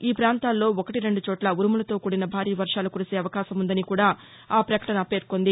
ఈ పాంతాల్లో ఒకటి రెండు చోట్ల ఉరుములులతో కూడిన భారీ వర్వాలు కురిసే అవకాశం ఉందని కూడా ఆ పకటనలో పేర్సొంది